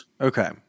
Okay